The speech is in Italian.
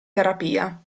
terapia